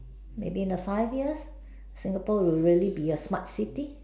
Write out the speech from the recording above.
maybe in the five years Singapore will really be a smart city